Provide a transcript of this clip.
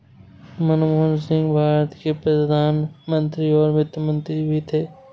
मनमोहन सिंह भारत के प्रधान मंत्री और वित्त मंत्री भी थे